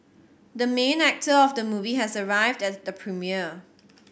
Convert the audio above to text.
the main actor of the movie has arrived as the premiere